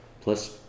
plus